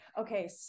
okay